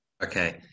Okay